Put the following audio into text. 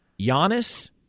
Giannis